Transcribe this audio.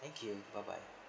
thank you bye bye